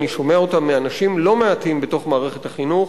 אני שומע אותה מאנשים לא מעטים בתוך מערכת החינוך,